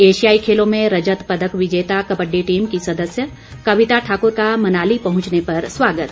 एशियाई खेलों में रजत पदक विजेता कबड्डी टीम की सदस्य कविता ठाकुर का मनाली पहुंचने पर स्वागत